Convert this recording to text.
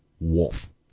Wolf